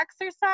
exercise